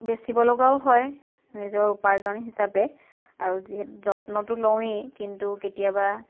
বেচিব লগাও হয় নিজৰ উপাৰ্জন হিচাপে আৰু যিহে যত্নতো লওঁৱেই কিন্তু কেতিয়াবা